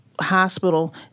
hospital